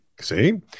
see